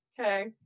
okay